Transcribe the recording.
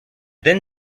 then